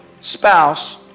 spouse